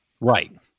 Right